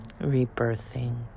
Rebirthing